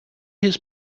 his